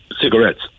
Cigarettes